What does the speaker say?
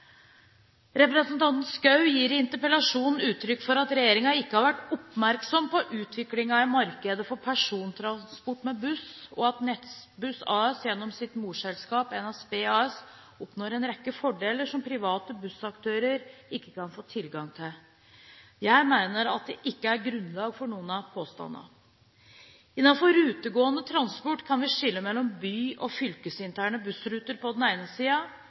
Representanten Schou gir i interpellasjonen uttrykk for at regjeringen ikke har vært oppmerksom på utviklingen i markedet for persontransport med buss, og at Nettbuss AS gjennom sitt morselskap NSB AS oppnår en rekke fordeler som private bussaktører ikke kan få tilgang til. Jeg mener at det ikke er grunnlag for noen av påstandene. Innenfor rutegående transport kan vi skille mellom by- og fylkesinterne bussruter på den ene